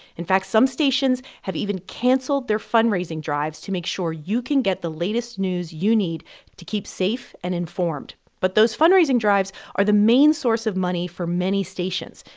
in fact, some stations have even canceled their fundraising drives to make sure you can get the latest news you need to keep safe and informed. but those fundraising drives are the main source of money for many stations.